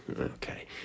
Okay